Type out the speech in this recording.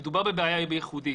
מדובר בבעיה ייחודית.